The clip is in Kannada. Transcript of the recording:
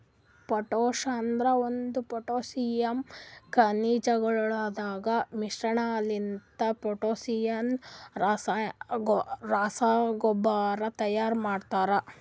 ಪೊಟಾಶ್ ಅನದ್ ಒಂದು ಪೊಟ್ಯಾಸಿಯಮ್ ಖನಿಜಗೊಳದಾಗ್ ಮಿಶ್ರಣಲಿಂತ ಪೊಟ್ಯಾಸಿಯಮ್ ರಸಗೊಬ್ಬರ ತೈಯಾರ್ ಮಾಡ್ತರ